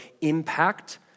impact